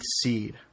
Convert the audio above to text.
seed